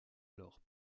alors